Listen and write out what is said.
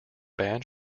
band